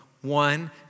one